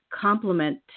complement